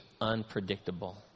unpredictable